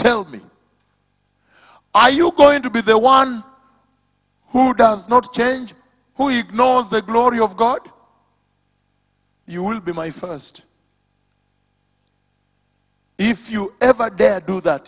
tell me are you going to be the one who does not change who you know is the glory of god you will be my first if you ever dead do that